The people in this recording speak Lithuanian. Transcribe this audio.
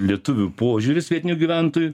lietuvių požiūris vietinių gyventojų